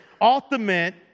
ultimate